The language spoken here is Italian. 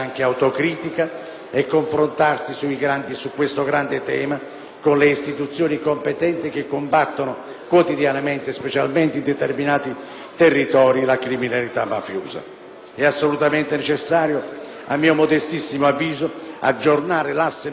con le istituzioni competenti che combattono quotidianamente, specialmente in determinati territori, la criminalità mafiosa. È assolutamente necessario, a mio modestissimo avviso, aggiornare l'asse normativo antimafia in maniera assolutamente sistemica,